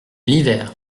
l’hiver